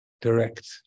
direct